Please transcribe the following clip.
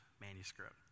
manuscript